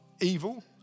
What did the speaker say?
evil